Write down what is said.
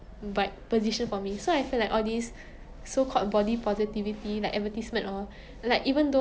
不懂 like